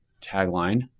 tagline